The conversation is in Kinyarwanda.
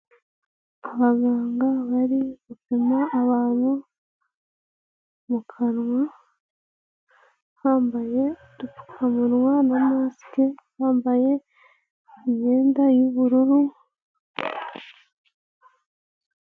Abaganga bari gupima abantu mu kanwa ,bambaye udupfukamuwa na masike, bambaye imyenda y'ubururu.